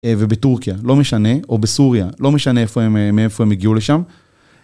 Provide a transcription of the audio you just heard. ובטורקיה, לא משנה, או בסוריה, לא משנה מאיפה הם הגיעו לשם.